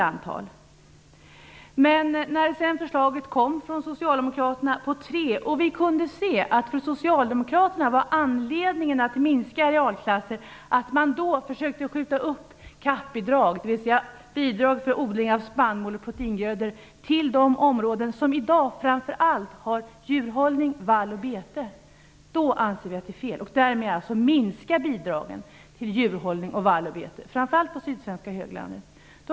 Socialdemokraterna föreslog sedermera tre klasser. Vi kunde se att anledningen för Socialdemokraterna att minska arealklasserna var att man försökte skjuta upp CAP-bidrag, dvs. bidrag för odling av spannmål och proteingrödor till de områden som i dag framför allt har djurhållning, vall och bete. Det anser vi är fel. Därigenom skulle bidragen till djurhållning, vall och bete minska, framför allt på sydsvenska höglandet.